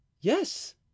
Yes